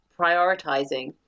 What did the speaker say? prioritizing